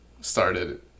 started